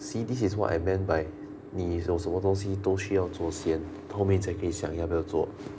see this is what I meant by 你有什么东西都需要做先后面才可以想要不要做